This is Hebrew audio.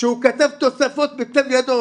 שהוא כתב תוספות בכתב ידו,